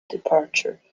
departure